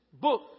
book